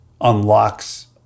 unlocks